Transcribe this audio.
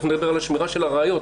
ותיכף נדבר על השמירה של הראיות,